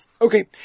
Okay